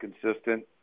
consistent